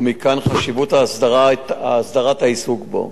ומכאן חשיבות הסדרת העיסוק בו.